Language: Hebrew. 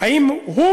האם הוא